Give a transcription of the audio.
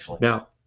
Now